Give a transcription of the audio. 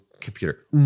computer